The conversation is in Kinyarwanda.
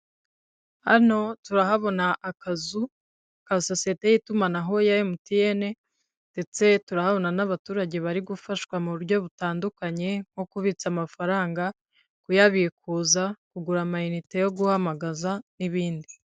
Hano turahabona akazu ka sosiyete y'itumanaho ya MTN ndetse turahabona n'abaturage bari gufashwa mu buryo butandukanye nko kubitsa amafaranga, kuyabikuza, kugura ama inite yo guhamagaza n'ibindi.